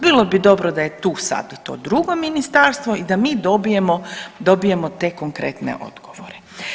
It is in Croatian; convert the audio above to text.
Bilo bi dobro da je tu sad to drugo ministarstvo i da mi dobijemo, dobijemo te konkretne odgovore.